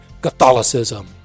Catholicism